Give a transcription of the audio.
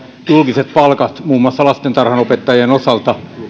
julkiset palkat muun muassa lastentarhanopettajien osalta